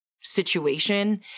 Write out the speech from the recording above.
situation